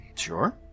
Sure